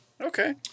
Okay